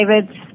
David